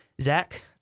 Zach